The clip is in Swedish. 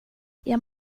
jag